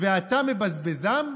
"ואתה מבזבזם?"